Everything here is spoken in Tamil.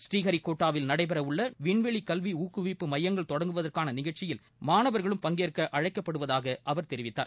புநீஹரிகோட்டாவில் நடைபெற உள்ள விண்வெளி கல்வி ஊக்குவிப்பு மையங்கள் தொடங்குவதற்கான நிகழ்ச்சியில் மாணவர்களும் பங்கேற்க அழைக்கப்படுவதாக அவர் தெரிவித்தார்